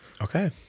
Okay